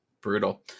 Brutal